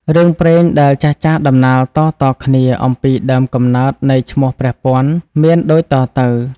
រឿងព្រេងដែលចាស់ៗដំណាលតៗគ្នាអំពីដើមកំណើតនៃឈ្មោះ "ព្រះពាន់" មានដូចតទៅ។